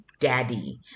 daddy